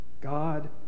God